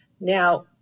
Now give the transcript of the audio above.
Now